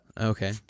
Okay